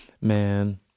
Man